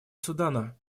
судана